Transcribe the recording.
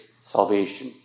salvation